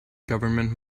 government